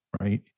right